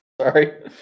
Sorry